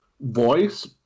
voice